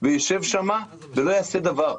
וישב שמה ולא יעשה דבר.